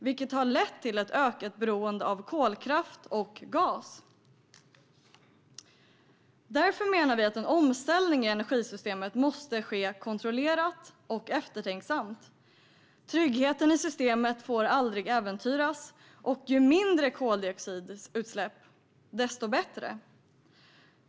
Detta har lett till ett ökat beroende av kolkraft och gas. Vi menar därför att en omställning av energisystemet måste ske kontrollerat och eftertänksamt. Tryggheten i systemet får aldrig äventyras, och ju mindre koldioxidutsläpp, desto bättre.